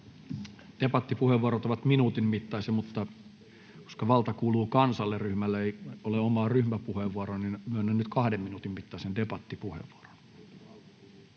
Debattipuheenvuorot ovat minuutin mittaisia, mutta koska Valta kuuluu kansalle -ryhmälle ei ole omaa ryhmäpuheenvuoroa, niin myönnän nyt 2 minuutin mittaisen debattipuheenvuoron.